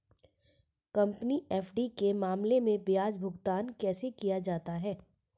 Company FD के मामले में ब्याज भुगतान कैसे किया जाता है?